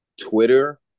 Twitter